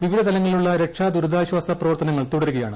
വിവിധ തലങ്ങളിലുള്ള രക്ഷാ ദുരിതാശ്വാസ പ്രവർത്തനങ്ങൾ തുടരുകയാണ്